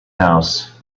house